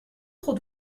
trop